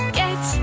get